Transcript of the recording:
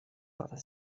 other